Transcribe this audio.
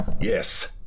Yes